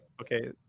Okay